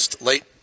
late